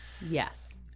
Yes